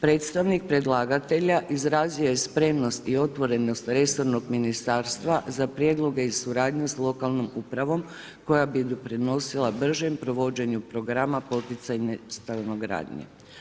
Predstavnik predlagatelja izrazio je spremnost i otvorenost resornog ministarstva za prijedloge i suradnju s lokalnom upravom koja bi doprinosila bržem provođenju programa poticajne stanogradnje.